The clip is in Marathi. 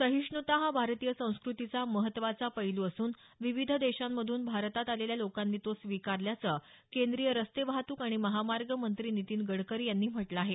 सहिष्णूता हा भारतीय संस्कृतीचा महत्त्वाचा पैलू असून विविध देशांमधून भारतात आलेल्या लोकांनी तो स्वीकारला असं केंद्रीय रस्ते वाहतूक आणि महामार्ग मंत्री नितीन गडकरी यांनी म्हटलं आहे